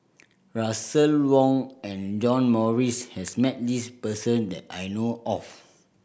Russel Wong and John Morrice has met this person that I know of